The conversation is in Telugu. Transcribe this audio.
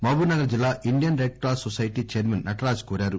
మహబూట్ నగర్ జిల్లా Indian red cross society chairman Nataraj కోరారు